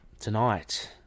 tonight